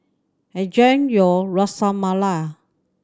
enjoy your Ras Malai